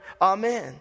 Amen